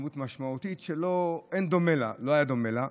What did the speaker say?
דמות משמעותית שאין דומה לה ולא היה דומה לה.